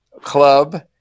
club